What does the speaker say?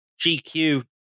GQ